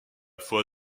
foi